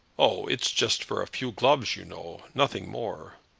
oh! it's just for a few gloves, you know nothing more.